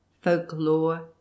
Folklore